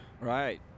Right